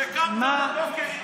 שקמת בבוקר,